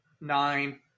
nine